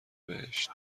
بهشت